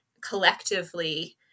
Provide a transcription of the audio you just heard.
collectively